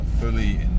fully